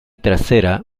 trasera